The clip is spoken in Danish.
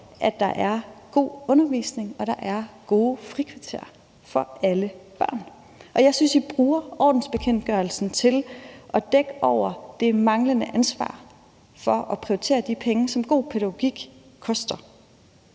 at der er god undervisning og der er gode frikvarterer for alle børn. Jeg synes, at I bruger ordensbekendtgørelsen til at dække over det manglende ansvar for at prioritere de penge, som god pædagogik koster.